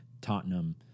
Tottenham